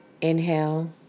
Inhale